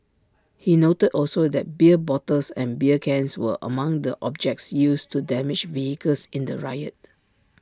he noted also that beer bottles and beer cans were among the objects used to damage vehicles in the riot